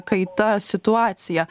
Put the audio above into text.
kaita situaciją